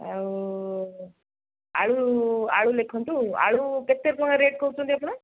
ଆଉ ଆଳୁ ଆଳୁ ଲେଖନ୍ତୁ ଆଳୁ କେତେ ଟଙ୍କା ରେଟ୍ କହୁଛନ୍ତି ଆପଣ